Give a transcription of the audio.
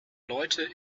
leute